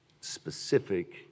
specific